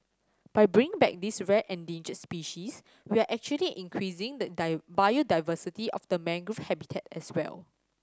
by bringing back this rare endangered species we are actually increasing the biodiversity of the mangrove habitat as well